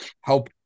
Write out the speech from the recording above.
help